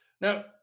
Now